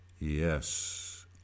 Yes